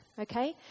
okay